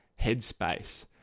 Headspace